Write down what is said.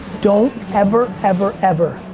don't ever, ever, ever,